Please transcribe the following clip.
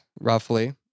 roughly